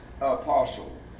apostle